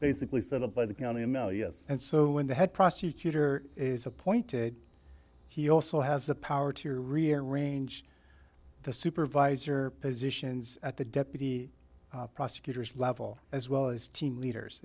basically set up by the county and so when the head prosecutor is appointed he also has the power to rearrange the supervisor positions at the deputy prosecutors level as well as team leaders